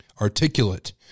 articulate